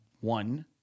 one